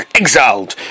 exiled